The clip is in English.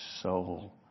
soul